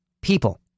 people